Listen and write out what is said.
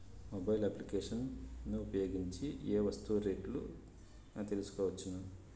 Mobile applications ను ఉపయోగించి ఏ ఏ వస్తువులు రేట్లు తెలుసుకోవచ్చును?